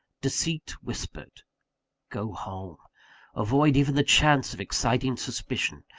deceit whispered go home avoid even the chance of exciting suspicion,